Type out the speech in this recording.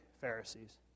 Pharisees